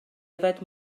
yfed